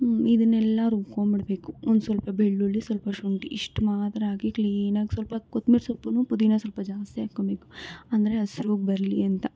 ಇದನ್ನೆಲ್ಲ ರುಬ್ಕೊಂಡ್ಬಿಡ್ಬೇಕು ಒಂದುಸ್ವಲ್ಪ ಬೆಳ್ಳುಳ್ಳಿ ಸ್ವಲ್ಪ ಶುಂಠಿ ಇಷ್ಟು ಮಾತ್ರ ಹಾಕಿ ಕ್ಲೀನಾಗಿ ಸ್ವಲ್ಪ ಕೊತ್ತಂಬ್ರಿ ಸೊಪ್ಪೂ ಪುದೀನಾ ಸ್ವಲ್ಪ ಜಾಸ್ತಿ ಹಾಕ್ಕೊಳ್ಬೇಕು ಅಂದರೆ ಹಸ್ರಾಗಿ ಬರಲಿ ಅಂತ